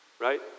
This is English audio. Right